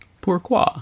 Pourquoi